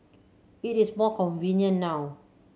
it is more convenient now